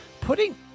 putting